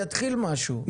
יתחיל משהו,